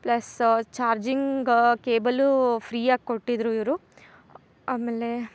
plus charging cable ಫ್ರೀಯಾಗಿ ಕೊಟ್ಟಿದ್ರು ಇವರು ಆಮೇಲೆ